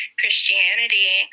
Christianity